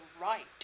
right